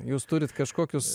jūs turit kažkokius